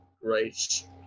great